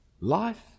Life